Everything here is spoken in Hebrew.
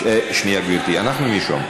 שנייה, גברתי, אנחנו נרשום.